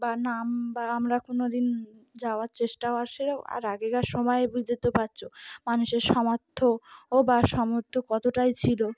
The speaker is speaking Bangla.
বা নাম বা আমরা কোনো দিন যাওয়ার চেষ্টাও আসলে আর আগেকার সময়ে বুঝতেই তো পারছো মানুষের সামর্থ্যও বা সামর্থ্য কতটাই ছিল